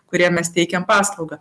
kuriem mes teikiam paslaugą